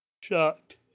shocked